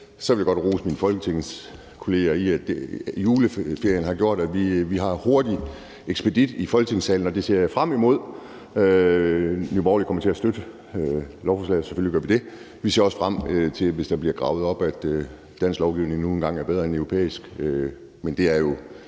Så vil jeg godt rose mine folketingskolleger og sige, at juleferien har gjort, at vi har hurtig ekspedition i Folketingssalen. Det ser jeg frem til. Nye Borgerlige kommer til at støtte lovforslaget, selvfølgelig gør vi det. Vi ser også frem til det, hvis det bliver gravet op, at dansk lovgivning nu engang er bedre end europæisk. Men det er jo